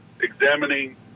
examining